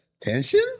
tension